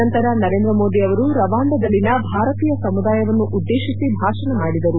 ನಂತರ ನರೇಂದ್ರ ಮೋದಿ ಅವರು ರವಾಂಡದಲ್ಲಿನ ಭಾರತೀಯ ಸಮುದಾಯವನ್ನು ಉದ್ದೇಶಿಸಿ ಭಾಷಣ ಮಾಡಿದರು